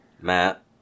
Matt